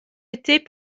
étaient